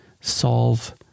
solve